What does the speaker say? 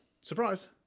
surprise